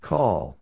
Call